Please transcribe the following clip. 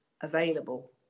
available